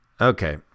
Okay